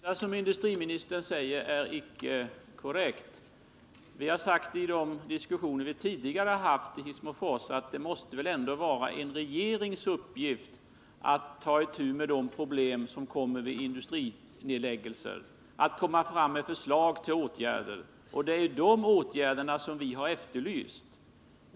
Herr talman! Det senaste industriministern säger är icke korrekt. Vi har i tidigare diskussioner i Hissmofors sagt att det måste vara en regerings uppgift att ta itu med de problem som uppstår vid industrinedläggelser och lägga fram förslag till åtgärder. Det är de åtgärderna vi har efterlyst.